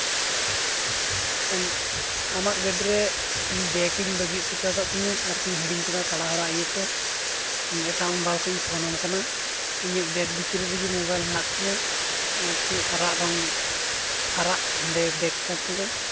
ᱟᱢᱟᱜ ᱜᱟᱹᱰᱤ ᱨᱮ ᱤᱧ ᱵᱮᱜᱤᱧ ᱵᱟᱹᱜᱤ ᱦᱚᱴᱚᱣ ᱠᱟᱜ ᱛᱤᱧᱟᱹ ᱟᱨᱠᱤᱧ ᱦᱤᱲᱤᱧ ᱠᱟᱫᱟ ᱛᱟᱲᱟᱦᱩᱲᱟᱹ ᱤᱭᱟᱹᱛᱮ ᱤᱧ ᱮᱴᱟᱜ ᱢᱳᱵᱟᱭᱤᱞ ᱠᱷᱚᱱᱤᱧ ᱯᱷᱳᱱᱟᱢ ᱠᱟᱱᱟ ᱤᱧᱟᱹᱜ ᱵᱮᱜᱽ ᱵᱷᱤᱛᱨᱤ ᱨᱮᱜᱮ ᱢᱳᱵᱟᱭᱤᱞ ᱦᱮᱱᱟᱜ ᱛᱤᱧᱟᱹ ᱟᱨᱠᱤ ᱟᱨᱟᱜ ᱨᱚᱝ ᱟᱨᱟᱜ ᱦᱮᱸᱫᱮ ᱵᱮᱜᱽ ᱠᱟᱱ ᱛᱤᱧᱟᱹ